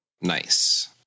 nice